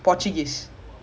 oh ஆமா ஆமா:aamaa aamaa